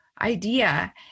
idea